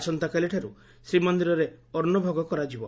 ଆସନ୍ତାକାଲିଠାର୍ସ ଶ୍ରୀମନ୍ଦିରରେ ଅନୁଭୋଗ କରାଯିବ